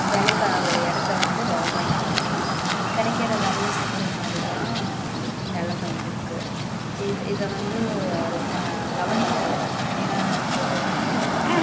வேலைக்கான ஒரு இடத்த வந்து கவர்மெண்ட் அமைக்கலை கிடைக்கிற வேலையை செய்யற மாதிரி தான் நிலம இருக்கு இது இதை வந்து ரொம் கவனிக்கலை ஏன்னா இப்போ ஒரு இப்போ